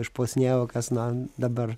iš po sniego kas na dabar